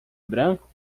branco